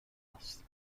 است